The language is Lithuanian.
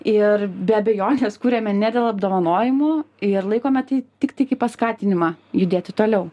ir be abejonės kuriame ne dėl apdovanojimų ir laikome tai tiktai kaip paskatinimą judėti toliau